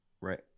Right